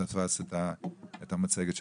(מוצגת מצגת)